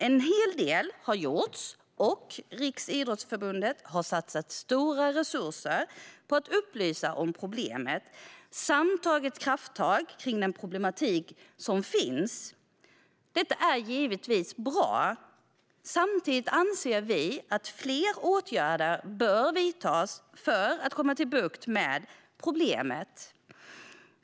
En hel del har gjorts, och Riksidrottsförbundet har satsat stora resurser på att upplysa om problemet samt tagit krafttag mot de problem som finns. Detta är givetvis bra. Samtidigt anser vi att fler åtgärder bör vidtas för att få bukt med problemet.